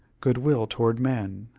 good-will toward men!